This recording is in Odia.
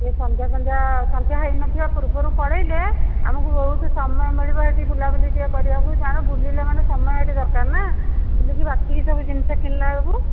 ଟିକେ ସନ୍ଧ୍ୟା ସନ୍ଧ୍ୟା ସନ୍ଧ୍ୟା ହୋଇନଥିବା ପୂର୍ବରୁ ପଳାଇଲେ ଆମକୁ ବହୁତ ସମୟ ମିଳିବ ସେଠି ବୁଲାବୁଲି ଟିକେ କରିବାକୁ ଜାଣ ବୁଲିଲେ ମାନେ ସମୟ ସେ'ଠି ଦରକାର ନା ବୁଲି କି ବାକି ସବୁ ଜିନିଷ କିଣିଲାବେଳକୁ